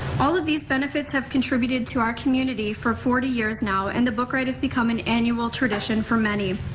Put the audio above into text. all of these benefits have contributed to our community for forty years now and the book riot has become an annual tradition for many.